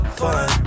fun